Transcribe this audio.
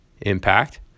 impact